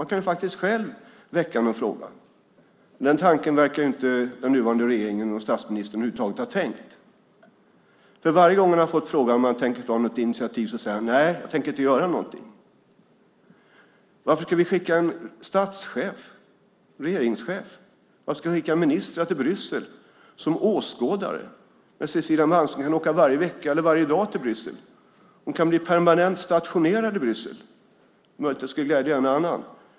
Man kan faktiskt väcka en fråga själv. Den tanken verkar inte den nuvarande regeringen och statsministern över huvud taget ha tänkt. Varje gång han har fått frågan om han tänker ta något initiativ säger han: Nej, jag tänker inte göra någonting. Varför ska vi skicka en statschef, en regeringschef? Varför ska vi skicka ministrar till Bryssel som åskådare? Cecilia Malmström kan åka varje vecka eller varje dag till Bryssel. Hon kan bli permanent stationerad i Bryssel. Det är möjligt att det skulle glädja en och annan.